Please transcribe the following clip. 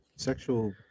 sexual